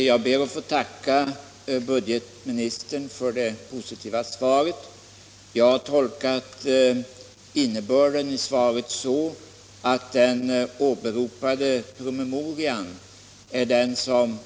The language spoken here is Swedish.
Enligt uppgift kommer Pripps AB att lägga ned Mora Bryggeri den 1 februari 1978, trots att detta bryggeri f.n. går med vinst.